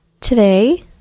today